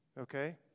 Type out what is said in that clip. okay